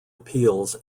appeals